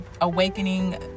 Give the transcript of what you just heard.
awakening